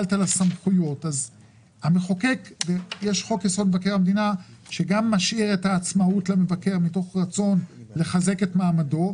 חוק יסוד מבקר המדינה משאיר את העצמאות למבקר מתוך רצון לחזק את מעמדו,